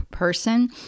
person